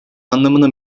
anlamına